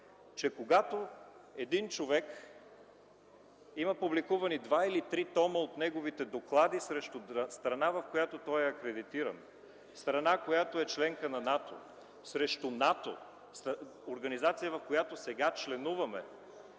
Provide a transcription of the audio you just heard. че когато един човек има публикувани два или три тома от неговите доклади срещу страна, в която е акредитиран, страна, която е членка на НАТО, срещу НАТО – организация, в която сега членуваме,